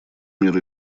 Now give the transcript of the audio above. мир